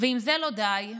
ואם זה לא די,